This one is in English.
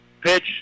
Pitch